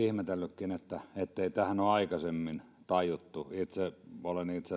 ihmetellytkin ettei tätä ole aikaisemmin tajuttu itse olen itse